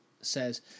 says